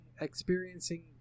experiencing